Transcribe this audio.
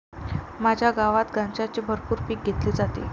माझ्या गावात गांजाचे भरपूर पीक घेतले जाते